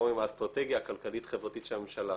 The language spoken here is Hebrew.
עם האסטרטגיה הכלכלית-חברתית של הממשלה.